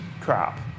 crap